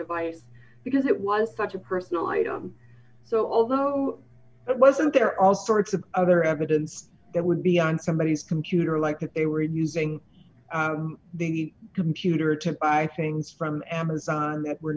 device because it was such a personal item so although it wasn't there all sorts of other evidence that would be on somebodies computer like that they were using the computer to things from amazon that were